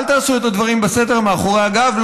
אל תעשו את הדברים בסתר, מאחורי הגב.